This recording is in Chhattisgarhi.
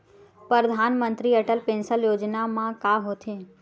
परधानमंतरी अटल पेंशन योजना मा का होथे?